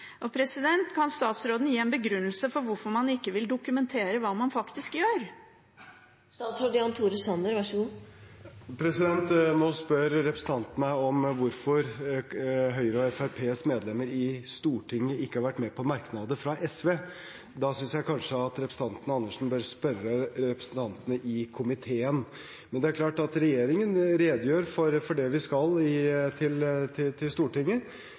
i landet. Kan statsråden gi en begrunnelse for hvorfor man ikke vil dokumentere hva man faktisk gjør? Nå spør representanten meg om hvorfor Høyres og Fremskrittspartiets medlemmer i Stortinget ikke har vært med på merknader fra SV. Da synes jeg kanskje at representanten Andersen bør spørre representantene i komiteen. Men det er klart at regjeringen redegjør for det vi skal, til Stortinget,